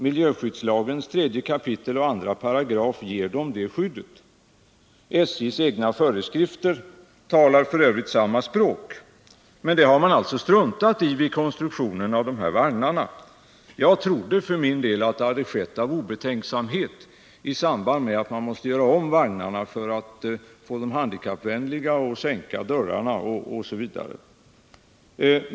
Miljöskyddslagens 3 kap. 2 § ger dem det skyddet. SJ:s egna föreskrifter talar f. ö. samma språk. Men det har man alltså struntat i vid konstruktionen av de här vagnarna. Jag trodde för min del att det hade skett av obetänksamhet i samband med att man måste göra om vagnarna för att få dem handikappvänliga genom att sänka dörråarna osv.